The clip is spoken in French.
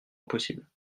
impossible